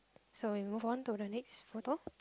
so we move on to the next photo